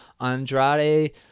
Andrade